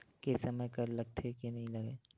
के समय कर लगथे के नइ लगय?